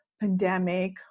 pandemic